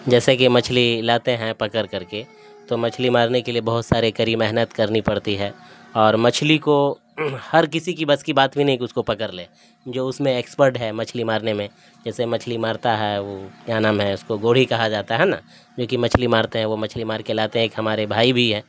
جیسے کہ مچھلی لاتے ہیں پکڑ کر کے تو مچھلی مارنے کے لیے بہت سارے کڑی محنت کرنی پڑتی ہے اور مچھلی کو ہر کسی کی بس کی بات بھی نہیں کہ اس کو پکڑ لے جو اس میں ایکسپرٹ ہے مچھلی مارنے میں جیسے مچھلی مارتا ہے وہ کیا نام ہے اس کو گورھی کہا جاتا ہے نا جوکہ مچھلی مارتے ہیں وہ مچھلی مار کے لاتے ہیں ایک ہمارے بھائی بھی ہیں